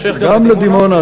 בעיה ספציפית, גם לדימונה.